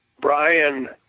Brian